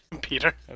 Peter